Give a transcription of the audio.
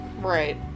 right